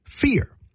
fear